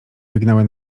wygnały